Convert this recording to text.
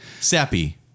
sappy